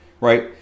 right